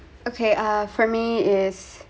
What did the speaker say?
okay ah for me is